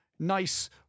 Nice